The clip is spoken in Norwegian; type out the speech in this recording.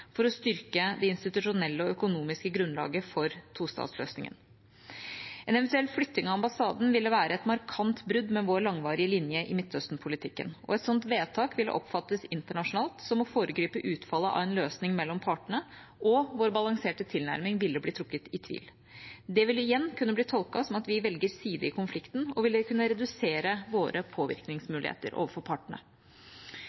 for å styrke det institusjonelle og økonomiske grunnlaget for tostatsløsningen. En eventuell flytting av ambassaden ville være et markant brudd med vår langvarige linje i Midtøsten-politikken. Et sånt vedtak ville oppfattes internasjonalt som å foregripe utfallet av en løsning mellom partene, og vår balanserte tilnærming ville blitt trukket i tvil. Det ville igjen kunne bli tolket som at vi velger side i konflikten, og ville kunne redusere våre